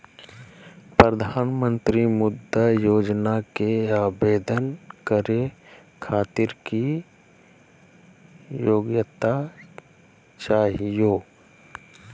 प्रधानमंत्री मुद्रा योजना के आवेदन करै खातिर की योग्यता चाहियो?